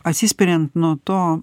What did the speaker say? atsispiriant nuo to